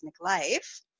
Life